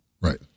Right